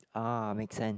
ah makes sense